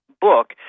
book